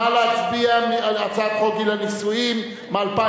הצעת חוק גיל הנישואין (תיקון,